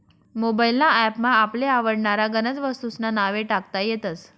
mobile ना app मा आपले आवडनारा गनज वस्तूंस्ना नावे टाकता येतस